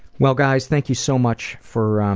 well guys, thank you so much for um